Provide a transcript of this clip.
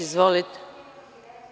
Izvolite.